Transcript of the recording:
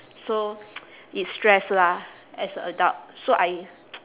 so it's stress lah as a adult so I